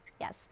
Yes